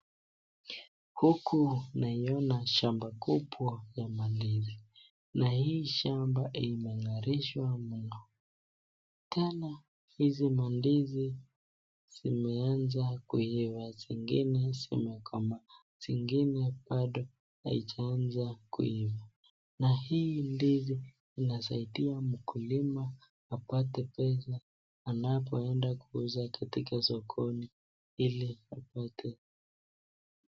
Huku naiona shamba kumbwa ya mandizi na hii shamba imengarishwa mno. Tena hizi mandizi zimeanza kuiva zingine zimekomaa zingine haijaanza kuiva na hii ndizi inasaidia mkulima apate pesa anapoenda kuuza katika sokoni ili apate.